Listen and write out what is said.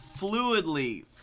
fluidly